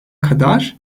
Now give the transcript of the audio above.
kadar